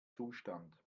zustand